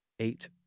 Eight